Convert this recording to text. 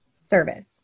service